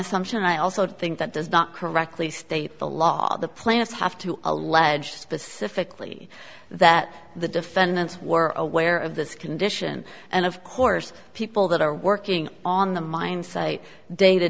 assumption and i also think that does not correctly state the law the plants have to allege specifically that the defendants were aware of this condition and of course people that are working on the mine site day to